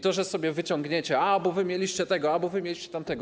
To, że sobie wyciągniecie: a, bo wy mieliście tego, a, bo wy mieliście tamtego.